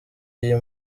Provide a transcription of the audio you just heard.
iyi